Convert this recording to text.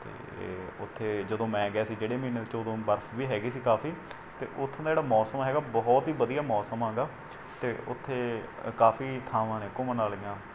ਅਤੇ ਉੱਥੇ ਜਦੋਂ ਮੈਂ ਗਿਆ ਸੀ ਜਿਹੜੇ ਮਹੀਨੇ 'ਚ ਉਦੋਂ ਬਰਫ਼ ਵੀ ਹੈਗੀ ਸੀ ਕਾਫ਼ੀ ਅਤੇ ਉਥੋਂ ਦਾ ਜਿਹੜਾ ਮੌਸਮ ਹੈਗਾ ਬਹੁਤ ਹੀ ਵਧੀਆ ਮੌਸਮ ਹੈਗਾ ਅਤੇ ਉੱਥੇ ਕਾਫ਼ੀ ਥਾਵਾਂ ਨੇ ਘੁੰਮਣ ਵਾਲੀਆਂ